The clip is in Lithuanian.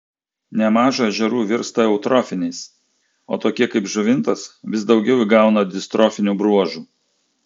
nemaža ežerų virsta eutrofiniais o tokie kaip žuvintas vis daugiau įgauna distrofinių bruožų